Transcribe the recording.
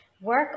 Work